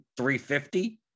350